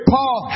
Paul